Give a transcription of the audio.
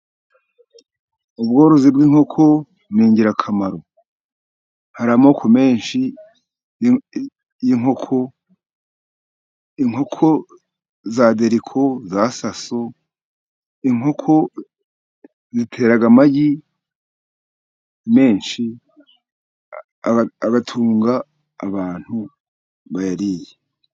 Ubworozi bw'inkoko ni ingirakamaro, hari amoko menshi y'inkoko inkoko; inkoko za Deriko, za Saso, inkoko zitera amagi menshi agatunga abantu bayariye.